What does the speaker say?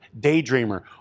daydreamer